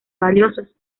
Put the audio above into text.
valiosos